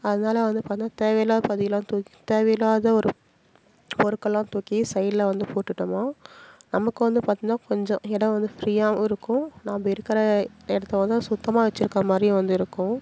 அதனால் வந்து பார்த்தினா தேவையில்லாத பகுதிலாம் தூக் தேவையில்லாத ஒரு பொருட்களாம் தூக்கி சைட்டில் வந்து போட்டுட்டம்னா நமக்கு வந்து பார்த்தினா கொஞ்சம் இடம் வந்து ஃப்ரீயாகவும் இருக்கும் நம்ப இருக்கிற இடத்த வந்து சுத்தமாக வச்சுருக்குற மாதிரிவும் வந்து இருக்கும்